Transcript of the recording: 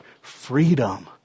freedom